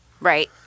Right